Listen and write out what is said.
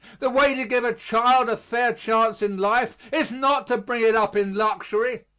the way to give a child a fair chance in life is not to bring it up in luxury,